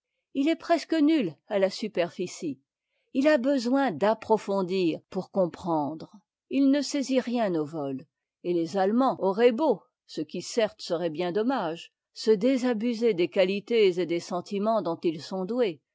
il est presque nul à la superficie il a besoin d'approfondir pour comprendre il ne saisit rien au vol et lés allemands auraient beau ce qui certes serait bien dommage se désabuser des qualités et des sentiments dont ils sont doués